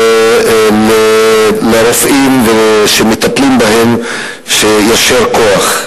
לרופאים שמטפלים בהם, יישר כוח.